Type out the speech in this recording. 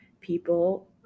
people